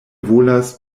volas